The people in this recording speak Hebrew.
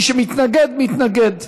מי שמתנגד, מתנגד.